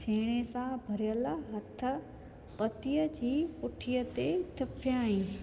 छेणे सां भरियल हथु पतीअ जी पुठीअ ते तिफ़याइ